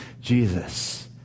Jesus